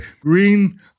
Green